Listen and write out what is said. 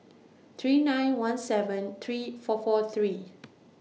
three nine one seven three four four three